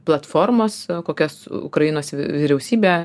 platformos kokias ukrainos vyriausybė